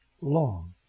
long